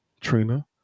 Trina